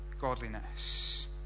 godliness